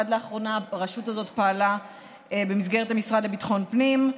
עד לאחרונה הרשות הזאת פעלה במסגרת המשרד לביטחון הפנים.